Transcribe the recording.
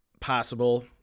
possible